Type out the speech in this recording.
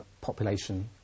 population